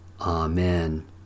Amen